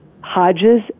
Hodges